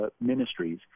ministries